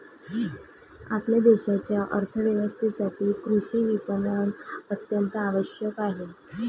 आपल्या देशाच्या अर्थ व्यवस्थेसाठी कृषी विपणन अत्यंत आवश्यक आहे